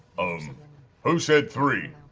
um who said three?